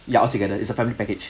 ya altogether is a family package